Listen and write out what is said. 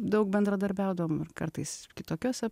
daug bendradarbiaudavom ir kartais kitokiuose